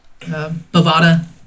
Bovada